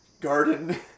garden